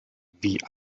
wie